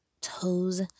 toes